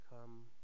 come